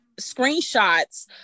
screenshots